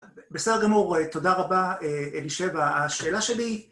בסדר גמור, תודה רבה, אלישבע, השאלה שלי היא